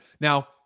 Now